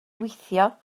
weithio